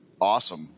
awesome